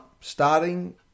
starting